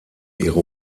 ihre